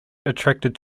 attracted